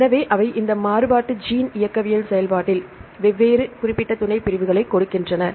எனவே அவை இந்த மாறுபட்ட ஜீன் இயக்கவியல் செயல்பாட்டில் வெவ்வேறு குறிப்பிட்ட துணைப்பிரிவுகளைக் கொடுக்கின்றன